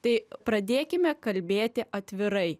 tai pradėkime kalbėti atvirai